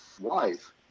wife